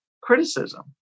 criticism